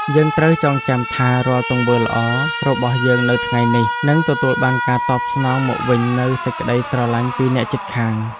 យើងត្រូវចងចាំថារាល់ទង្វើល្អរបស់យើងនៅថ្ងៃនេះនឹងទទួលបានការតបស្នងមកវិញនូវសេចក្តីស្រឡាញ់ពីអ្នកជិតខាង។